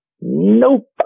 Nope